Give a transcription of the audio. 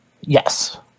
yes